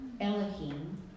Elohim